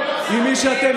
עם מי שאתם,